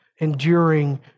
enduring